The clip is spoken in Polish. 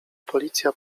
policja